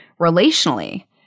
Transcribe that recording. relationally